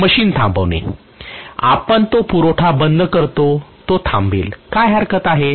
machine थांबवणे आपण तो पुरवठा बंद करतो तो थांबेल काय हरकत आहे